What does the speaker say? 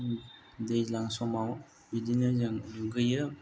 दैज्लां समाव बिदिनो जों दुगैयो